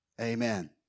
Amen